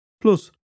Plus